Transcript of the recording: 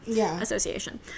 association